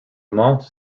monts